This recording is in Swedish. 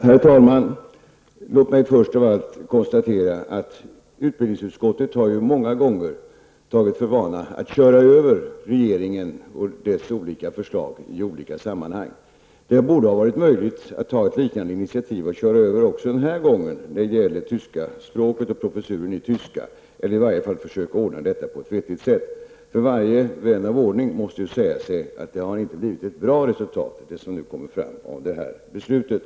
Herr talman! Låt mig först av allt konstatera att utbildningsutskottet har många gånger tagit för vana att köra över regeringen och dess förslag i olika sammanhang. Det borde ha varit möjligt att ta ett liknande initiativ och köra över regeringen också den här gången när det gäller tyska språket och professuren i tyska eller i varje fall att försöka ordna detta på ett hyggligt sätt. Varje vän av ordning måste ju säga att det inte har blivit ett bra resultat som nu kommer fram av beslutet.